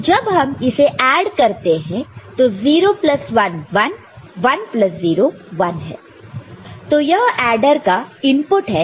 तो जब हम इसे ऐड करते हैं तो 01 1 101 तो यह ऐडर का इनपुट है